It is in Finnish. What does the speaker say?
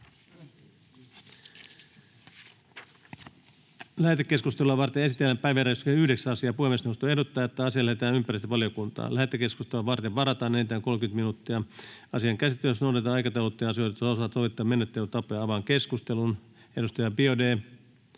Lähetekeskustelua varten esitellään päiväjärjestyksen 9. asia. Puhemiesneuvosto ehdottaa, että asia lähetetään ympäristövaliokuntaan. Lähetekeskusteluun varataan enintään 30 minuuttia. Asian käsittelyssä noudatetaan aikataulutettujen asioiden osalta sovittuja menettelytapoja. — Avaan keskustelun. Edustaja Biaudet